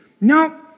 No